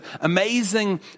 amazing